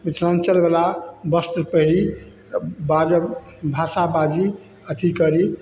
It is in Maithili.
मिथिलाञ्चलवला वस्त्र पहिरी बाजब भाषा बाजी अथी करी